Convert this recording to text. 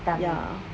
ya